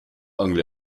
angel